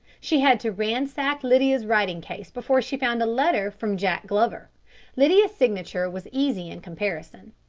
she had to ransack lydia's writing case before she found a letter from jack glover lydia's signature was easy in comparison.